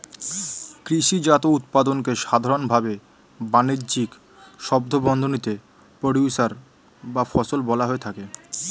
কৃষিজাত উৎপাদনকে সাধারনভাবে বানিজ্যিক শব্দবন্ধনীতে প্রোডিউসর বা ফসল বলা হয়ে থাকে